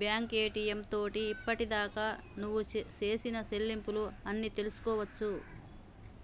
bank ATM తోటి ఇప్పటిదాకా నువ్వు సేసిన సెల్లింపులు అన్ని తెలుసుకోవచ్చు